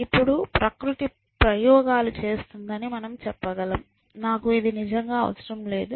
ఇప్పుడు ప్రకృతి ప్రయోగాలు చేస్తుందని మనము చెప్పగలము నాకు ఇది నిజంగా అవసరం లేదు